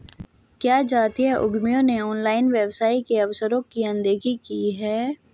क्या जातीय उद्यमियों ने ऑनलाइन व्यवसाय के अवसरों की अनदेखी की है?